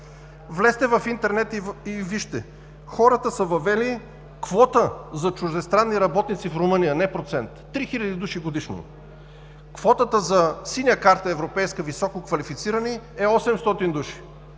Влезте в интернет и вижте – хората са въвели квота за чуждестранни работници в Румъния, не процент, три хиляди души годишно. Квотата за синя карта, европейска – висококвалифицирани, е 800 души.